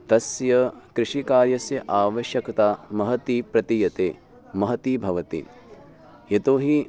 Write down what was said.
तस्य कृषिकार्यस्य आवश्यकता महती प्रतीयते महती भवति यतो हि